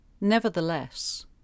Nevertheless